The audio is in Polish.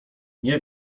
nie